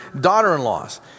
daughter-in-law's